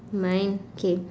mine okay